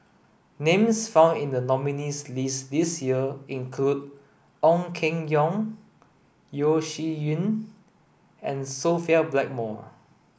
names found in the nominees' list this year include Ong Keng Yong Yeo Shih Yun and Sophia Blackmore